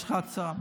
יש חסם.